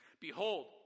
behold